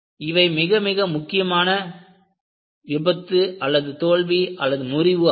இவை மிக மிக முக்கியமான தோல்வி விபத்துமுறிவு ஆகும்